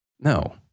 No